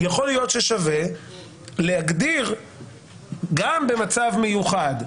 יכול להיות ששווה להגדיר גם במצב מיוחד,